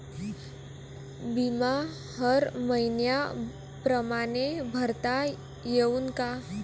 बिमा हर मइन्या परमाने भरता येऊन का?